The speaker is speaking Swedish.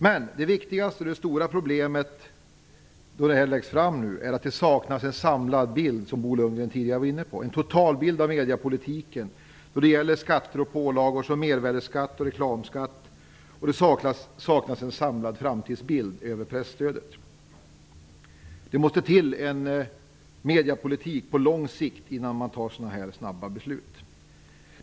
Men det stora och viktigaste problemet med förslaget är att det, som Bo Lundgren var inne på, saknar en totalbild av mediepolitiken när det gäller skatter och pålagor som mervärdesskatt och reklamskatt och det saknar en samlad framtidsbild över presstödet. Det måste till en mediepolitik på lång sikt innan sådana här snabba beslut fattas.